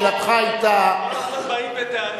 אדוני היושב-ראש, הם כל הזמן באים בטענות,